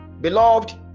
Beloved